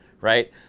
right